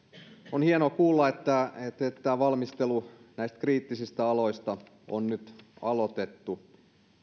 on hienoa kuulla että tämä valmistelu näistä kriittisistä aloista on nyt aloitettu